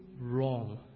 wrong